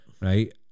right